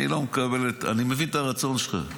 אני מבין את הרצון שלך,